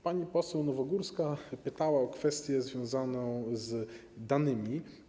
Pani poseł Nowogórska pytała o kwestię związaną z danymi.